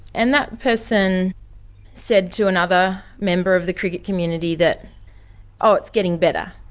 and that person said to another member of the cricket community that ah it's getting better,